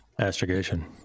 astrogation